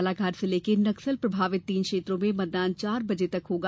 बालाघाट जिले के नक्सली प्रभावित तीन क्षेत्रों में मतदान चार बजे तक होगा